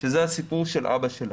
שזה הסיפור של אבא שלך.